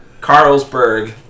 Carlsberg